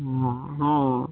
हँ हँ